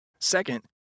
Second